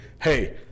Hey